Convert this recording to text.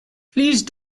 please